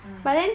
mm